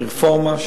הרפורמה,